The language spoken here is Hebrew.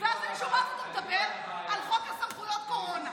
ואז אני שומעת אותו מדבר על חוק סמכויות הקורונה,